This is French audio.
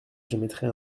j’émettrai